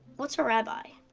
what's a rabbi?